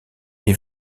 est